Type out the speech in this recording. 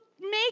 make